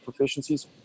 proficiencies